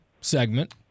segment